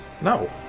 no